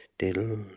Diddle